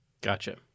Gotcha